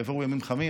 יבואו ימים חמים,